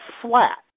flat